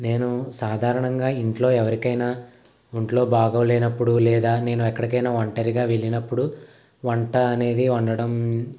నేను సాధారణంగా ఇంట్లో ఎవరికైనా ఒంట్లో బాగోలేనప్పుడు లేదా నేను ఎక్కడికైనా ఒంటరిగా వెళ్ళినప్పుడు వంట అనేది వండడం